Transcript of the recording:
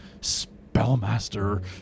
spellmaster